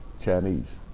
Chinese